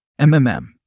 MMM